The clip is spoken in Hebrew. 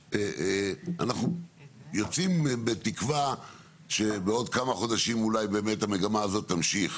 אנחנו יוצאים בתקווה שבעוד כמה חודשים אולי באמת המגמה הזאת תמשיך